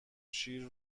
شیر